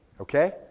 Okay